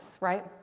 right